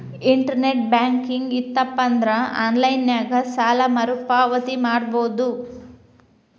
internet banking ಇತ್ತಪಂದ್ರಾ online ನ್ಯಾಗ ಸಾಲ ಮರುಪಾವತಿ ಮಾಡಬೋದು